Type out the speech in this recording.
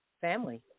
family